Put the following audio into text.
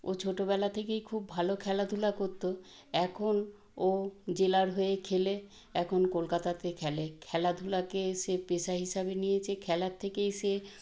ও ছোটবেলা থেকেই খুব ভালো খেলাধূলা করত এখন ও জেলার হয়ে খেলে এখন কলকাতাতে খেলে খেলাধূলাকে সে পেশা হিসেবে নিয়েছে খেলার থেকেই সে